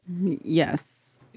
yes